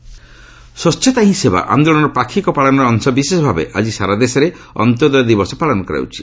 ଅନ୍ତୋଦୟ ଦିବସ ସ୍ୱଚ୍ଛତା ହିଁ ସେବା ଆନ୍ଦୋଳନର ପାକ୍ଷିକ ପାଳନର ଅଶବିଶେଷ ଭାବେ ଆକି ସାରା ଦେଶରେ ଅନ୍ତୋଦୟ ଦିବସ ପାଳନ କରାଯାଉଛି